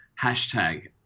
hashtag